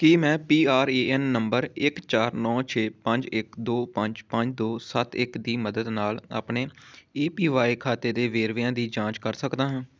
ਕੀ ਮੈਂ P R A N number ਇੱਕ ਚਾਰ ਨੌਂ ਛੇ ਪੰਜ ਇੱਕ ਦੋ ਪੰਜ ਪੰਜ ਦੋ ਸੱਤ ਇੱਕ ਦੀ ਮਦਦ ਨਾਲ ਆਪਣੇ ਈ ਪੀ ਵਾਏ ਖਾਤੇ ਦੇ ਵੇਰਵਿਆਂ ਦੀ ਜਾਂਚ ਕਰ ਸਕਦਾ ਹਾਂ